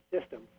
system